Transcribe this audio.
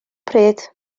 pryd